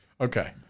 Okay